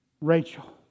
Rachel